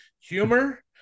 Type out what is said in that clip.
humor